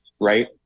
right